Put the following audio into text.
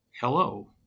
hello